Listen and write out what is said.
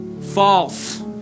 false